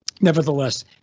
Nevertheless